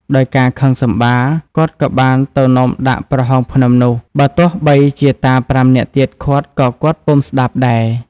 ដោយការខឹងសម្បារ គាត់ក៏បានទៅនោមដាក់ប្រហោងភ្នំនោះ បើទោះបីជាតា៥នាក់ទៀតឃាត់ក៏គាត់ពុំស្តាប់ដែរ។